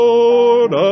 Lord